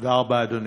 תודה רבה, אדוני.